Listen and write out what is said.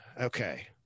okay